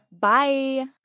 Bye